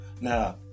now